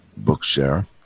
bookshare